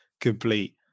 complete